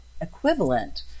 equivalent